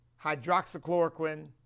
hydroxychloroquine